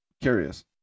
Curious